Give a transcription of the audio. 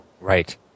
Right